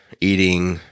eating